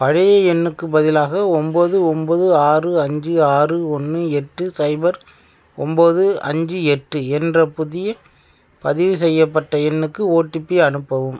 பழைய எண்ணுக்கு பதிலாக ஒம்போது ஒம்போது ஆறு அஞ்சு ஆறு ஒன்று எட்டு சைபர் ஒம்போது அஞ்சு எட்டு என்ற புதிய பதிவு செய்யப்பட்ட எண்ணுக்கு ஓடிபி அனுப்பவும்